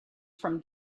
from